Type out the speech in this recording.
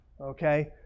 Okay